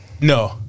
no